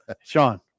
Sean